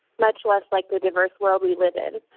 much less like the diverse world we live in